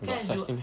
got such thing meh